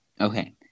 okay